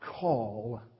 call